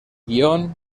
guion